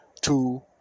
Two